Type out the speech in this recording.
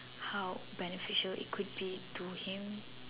how beneficial it could be to him